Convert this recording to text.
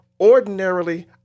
Ordinarily